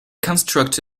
construct